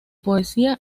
poesía